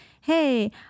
hey